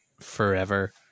forever